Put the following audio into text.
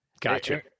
Gotcha